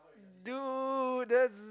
dude that's